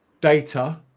data